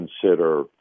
consider